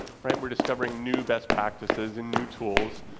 right? we're discovering new best practices and new tools.